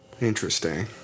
Interesting